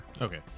Okay